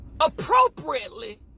appropriately